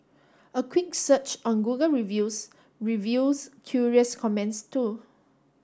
a quick search on Google Reviews reveals curious comments too